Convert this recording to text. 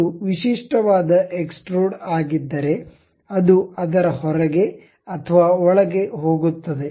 ಇದು ವಿಶಿಷ್ಟವಾದ ಎಕ್ಸ್ಟ್ರುಡ್ ಆಗಿದ್ದರೆ ಅದು ಅದರ ಹೊರಗೆ ಅಥವಾ ಒಳಗೆ ಹೋಗುತ್ತದೆ